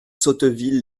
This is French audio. sotteville